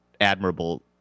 admirable